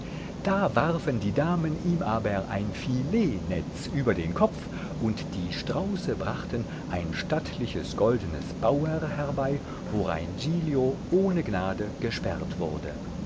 da warfen die damen ihm aber ein filetnetz über den kopf und die strauße brachten ein stattliches goldnes bauer herbei worein giglio ohne gnade gesperrt wurde